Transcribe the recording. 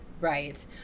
right